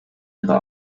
ihre